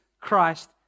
Christ